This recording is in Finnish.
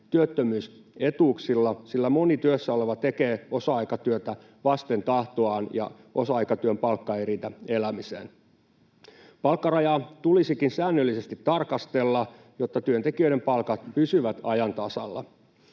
työttömyysetuuksilla, sillä moni työssä oleva tekee osa-aikatyötä vasten tahtoaan ja osa-aikatyön palkka ei riitä elämiseen. Palkkarajaa tulisikin säännöllisesti tarkastella, jotta työntekijöiden palkat pysyvät ajan tasalla.